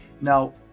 now